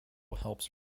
helps